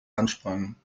ansprangen